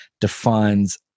defines